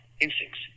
instincts